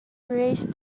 raised